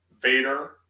vader